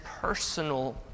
personal